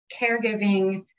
caregiving